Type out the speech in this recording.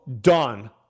done